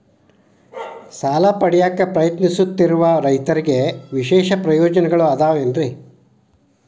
ಸಾಲ ಪಡೆಯಾಕ್ ಪ್ರಯತ್ನಿಸುತ್ತಿರುವ ರೈತರಿಗೆ ವಿಶೇಷ ಪ್ರಯೋಜನಗಳು ಅದಾವೇನ್ರಿ?